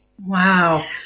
Wow